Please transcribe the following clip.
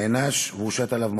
נענש והושת עליו מאסר.